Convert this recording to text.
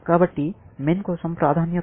కాబట్టి MIN కోసం ప్రాధాన్యత యొక్క క్రమం ఇది